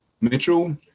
Mitchell